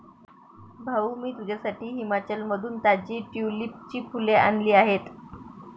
भाऊ, मी तुझ्यासाठी हिमाचलमधून ताजी ट्यूलिपची फुले आणली आहेत